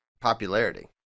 popularity